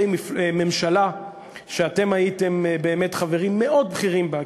ממשלה שאתם הייתם באמת חברים מאוד בכירים בה,